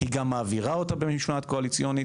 היא גם מעבירה אותה במשמעת קואליציונית.